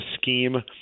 scheme